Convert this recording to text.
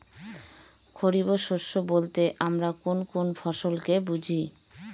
খরিফ শস্য বলতে আমরা কোন কোন ফসল কে বুঝি?